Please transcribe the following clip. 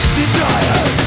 desire